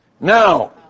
Now